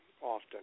often